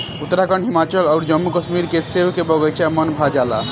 उत्तराखंड, हिमाचल अउर जम्मू कश्मीर के सेब के बगाइचा मन भा जाला